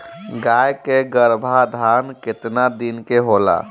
गाय के गरभाधान केतना दिन के होला?